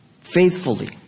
faithfully